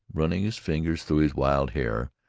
running his fingers through his wild hair,